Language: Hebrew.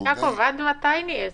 יעקב, עד מתי נהיה סבלניים?